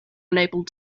unable